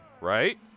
right